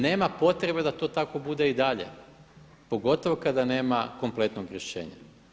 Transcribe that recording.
Nema potrebe da to tako bude i dalje, pogotovo kada nema kompletnog rješenja.